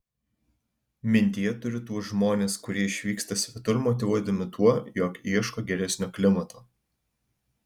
mintyje turiu tuos žmones kurie išvyksta svetur motyvuodami tuo jog ieško geresnio klimato